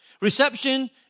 Reception